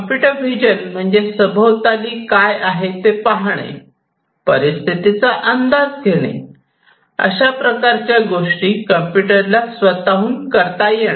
computer vision म्हणजे सभोवताली काय आहे ते पाहता येणे परिस्थितीचा अंदाज घेणे अशा प्रकारच्या गोष्टी कम्प्युटरला स्वतःहून करता येणे